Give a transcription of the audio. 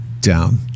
down